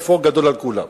ב"פור" גדול על כולם.